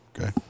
Okay